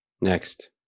Next